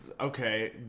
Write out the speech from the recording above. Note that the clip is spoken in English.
okay